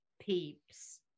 peeps